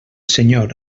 senyor